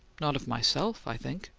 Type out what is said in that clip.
not of myself, i think.